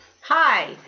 Hi